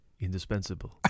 indispensable